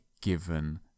given